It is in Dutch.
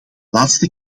laatste